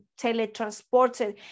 teletransported